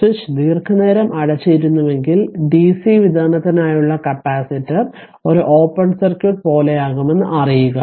switch ദീർഘനേരം അടച്ചിരുന്നുവെങ്കിൽ DC വിതരണത്തിനായുള്ള കപ്പാസിറ്റർ ഒരു ഓപ്പൺ സർക്യൂട്ട് പോലെയാകുമെന്ന് അറിയുക